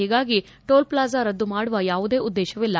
ಹೀಗಾಗಿ toll plaza ರದ್ದು ಮಾಡುವ ಯಾವುದೇ ಉದ್ದೇಶವಿಲ್ಲ